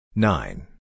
Nine